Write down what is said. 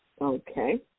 Okay